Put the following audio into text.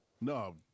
No